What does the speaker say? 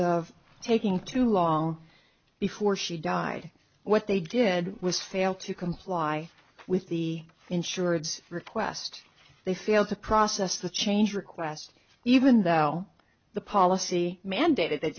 of taking too long before she died what they did was fail to comply with the insurance request they fail to process the change request even thou the policy mandated that